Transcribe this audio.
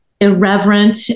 irreverent